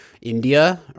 India